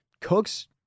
Cooks